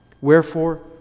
Wherefore